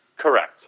Correct